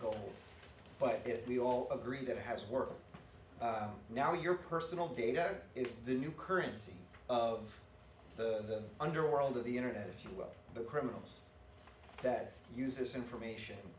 gold but if we all agree that it has work now your personal data is the new currency of the underworld of the internet if you will the criminals that use this information